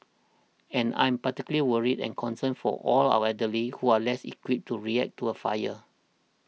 and I'm particularly worried and concerned for all our elderly who are less equipped to react to a fire